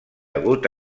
hagut